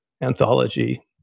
anthology